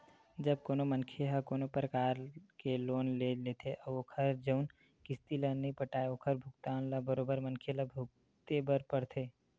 जब कोनो मनखे ह कोनो परकार के लोन ले लेथे अउ ओखर जउन किस्ती ल नइ पटाय ओखर भुगतना ल बरोबर मनखे ल भुगते बर परथे